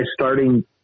starting